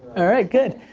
alright good.